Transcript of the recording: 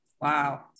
Wow